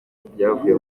ibyavuye